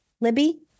Libby